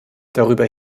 darüber